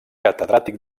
catedràtic